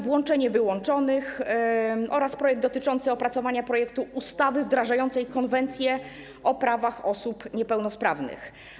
Włączenie wyłączonych” oraz projekt dotyczący opracowania projektu ustawy wdrażającej Konwencję o prawach osób niepełnosprawnych.